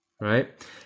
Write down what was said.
Right